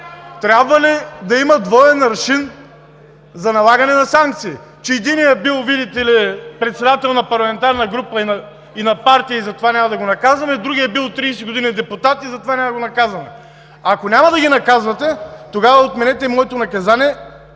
трябва ли да има двоен аршин за налагане на санкции?! Че единият бил, видите ли, председател на парламентарна група и на партия и затова няма да го наказваме, другият бил 30 години депутат и затова няма да го наказваме. Ако няма да ги наказвате, тогава отменете и моето наказание,